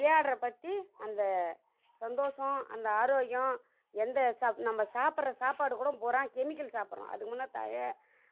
விளையாடுற பற்றி அந்த சந்தோஷம் அந்த ஆரோக்கியம் எந்த சாப் நம்ம சாப்பிட்ற சாப்பாடு கூட புரா கெமிக்கல் சாப்பிட்றோம் அதுக்கு முன்ன தழை